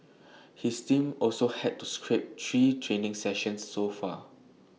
his team also had to scrap three training sessions so far